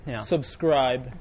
subscribe